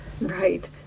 right